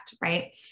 right